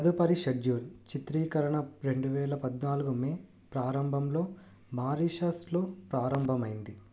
తదుపరి షెడ్యూల్ చిత్రీకరణ రెండువేల పద్నాలుగు మే ప్రారంభంలో మారిషస్లో ప్రారంభమైంది